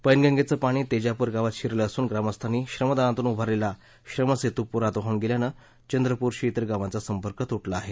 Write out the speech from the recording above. पैनगंगेचे पाणी तेजापूर गावात शिरले असून ग्रामस्थांनी श्रमदानातून उभारलेला श्रमसेतू पुरात वाहून गेल्याने चंद्रपूरशी गावाचा संपर्क तुटला आहे